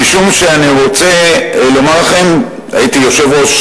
משום שאני רוצה לומר לכם, הייתי יושב-ראש